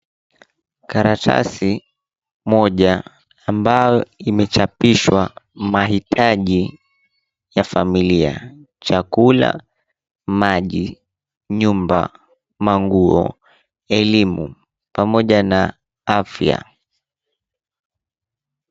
Karatasi moja ambayo imechapishwa mahitaji ya familia chakula, maji, nyumba, manguo, elimu pamoja na afya.